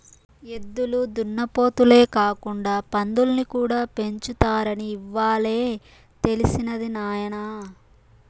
ఎద్దులు దున్నపోతులే కాకుండా పందుల్ని కూడా పెంచుతారని ఇవ్వాలే తెలిసినది నాయన